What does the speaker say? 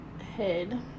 head